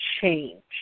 change